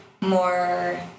more